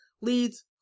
leads